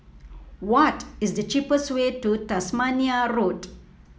what is the cheapest way to Tasmania Road